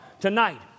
tonight